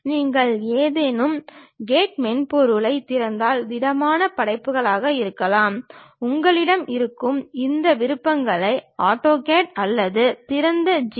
நீங்கள் ஏதேனும் கேட் மென்பொருளைத் திறந்தால் திடமான படைப்புகளாக இருக்கலாம் உங்களிடம் இருக்கும் இந்த விருப்பங்களை ஆட்டோகேட் அல்லது திறந்த ஜி